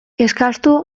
eskastu